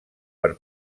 per